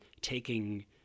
taking